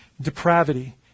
depravity